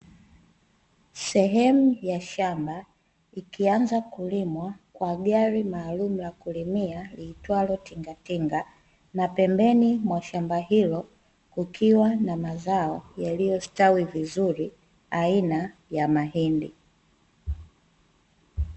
Sehemu ya shamba, ikianza kulimwa kwa gari maalumu la kulimia liitwalo tingatinga, na pembeni mwa shamba hilo kukiwa na mazao yaliyostawi vizuri aina ya mahindi .